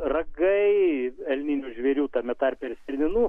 ragai elninių žvėrių tame tarpe ir stirninų